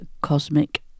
Cosmic